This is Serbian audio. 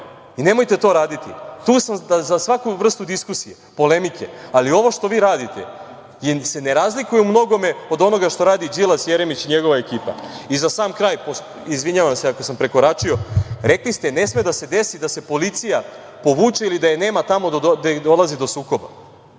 i nemojte to raditi. Tu sam za svaku vrstu diskusije, polemike, ali ovo što vi radite se ne razlikuje u mnogome od onoga što radi Đilas, Jeremić, njegova ekipa.Za sam kraj, izvinjavam se ako sam prekoračio, rekli ste – ne sme da se desi da se policija povuče ili da je nema tamo gde dolazi do sukoba.